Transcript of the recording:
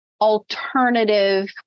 alternative